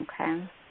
Okay